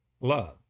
Love